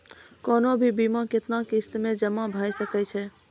कोनो भी बीमा के कितना किस्त मे जमा भाय सके छै?